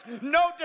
no